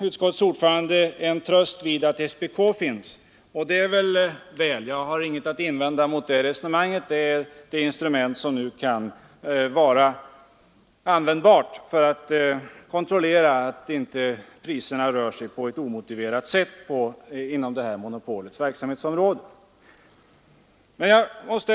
Utskottets ordförande finner en tröst i att SPK finns, och det är väl — jag har ingenting att invända mot det resonemanget. Detta är ett instrument som nu kan vara användbart för att kontrollera att inte priserna rör sig på ett omotiverat sätt inom monopolets verksamhetsområde.